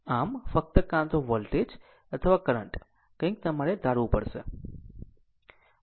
આમ ફક્ત કાં તો વોલ્ટેજ અથવા કરંટ કંઈક તમારે ધારવું પડશે